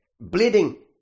bleeding